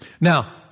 Now